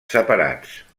separats